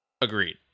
Agreed